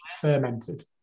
fermented